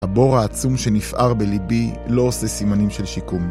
הבור העצום שנפער בליבי לא עושה סימנים של שיקום